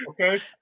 Okay